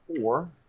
four